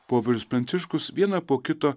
popiežius pranciškus vieną po kito